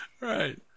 Right